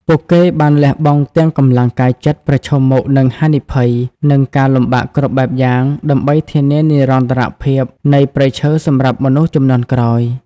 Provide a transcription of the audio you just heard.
ពួកគេបានលះបង់ទាំងកម្លាំងកាយចិត្ត ប្រឈមមុខនឹងហានិភ័យ និងការលំបាកគ្រប់បែបយ៉ាង ដើម្បីធានានិរន្តរភាពនៃព្រៃឈើសម្រាប់មនុស្សជំនាន់ក្រោយ។